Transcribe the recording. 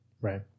right